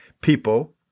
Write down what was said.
people